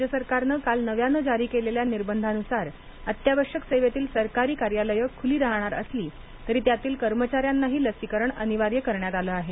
राज्य सरकारने काल नव्यानं जारी केलेल्या निर्बंधानुसार अत्यावश्यक सेवेतील सरकारी कार्यालये खुली राहणार असली तरी त्यातील कर्मचाऱ्यांनाही लसीकरण अनिवार्य करण्यात आलं आहे